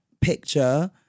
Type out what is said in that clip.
picture